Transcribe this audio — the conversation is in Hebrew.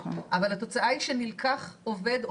אבל התוצאה היא שנלקח עובד,